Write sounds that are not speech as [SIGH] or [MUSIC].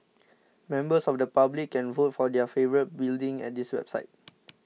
members of the public can vote for their favourite building at this website [NOISE]